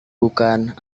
bukan